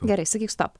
gerai sakyk stop